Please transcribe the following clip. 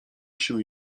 się